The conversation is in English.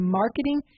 marketing